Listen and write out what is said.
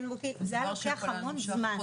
זה היה לוקח המון זמן.